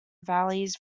valleys